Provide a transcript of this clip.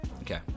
Okay